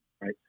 right